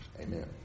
Amen